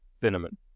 Cinnamon